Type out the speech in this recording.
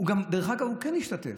דרך אגב, הוא כן השתתף.